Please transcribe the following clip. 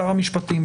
שר המשפטים,